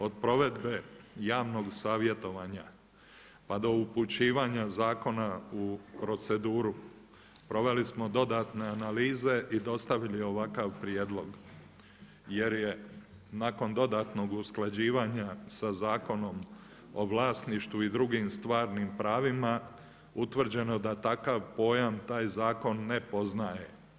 Od provedbe javnog savjetovanja, pa do upućivanja zakona u proceduru proveli smo dodatne analize i dostavili ovakav prijedlog, jer je nakon dodatnog usklađivanja sa Zakonom o vlasništvu i drugim stvarnim pravima utvrđeno da takav pojam taj zakon ne poznaje.